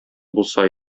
булса